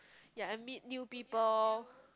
yeah and meet new people